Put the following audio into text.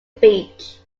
beach